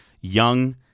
young